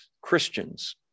Christians